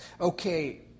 okay